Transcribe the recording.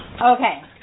Okay